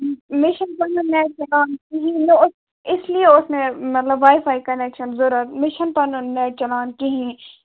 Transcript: مےٚ چھُنہٕ پَنِنس نٮ۪ٹ پٮ۪ک کِہیٖنۍ مےٚ اوس اِسلیے اوس مےٚ مطلب واے فاے کَنٮ۪شَن ضوٚرَت مےٚ چھُنہٕ پَنُن نٮ۪ٹ چَلان کِہیٖنۍ